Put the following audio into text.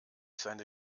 seine